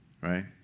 Right